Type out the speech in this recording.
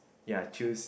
ya choose